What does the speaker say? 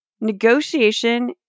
Negotiation